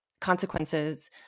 consequences